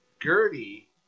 Gertie